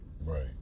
Right